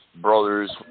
brothers